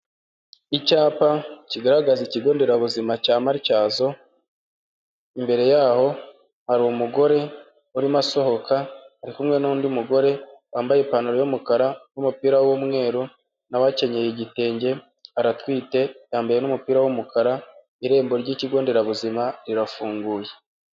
Icyapa kigaragaza ikigo nderabuzima cya Marityazo, imbere yaho hari umugore urimo asohoka ari kumwe n'undi mugore , wambaye ipantaro y'umukara n'umupira w'umweru, nawe akenyeye igitenge, aratwite, yambaye umupira w'umukara, irembo ry'kigo nderabuzima rirafunguye.